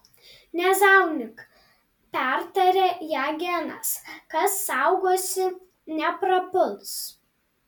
nezaunyk pertarė ją genas kas saugosi neprapuls